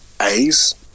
A's